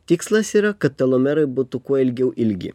tikslas yra kad telomerai būtų kuo ilgiau ilgi